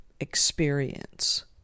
experience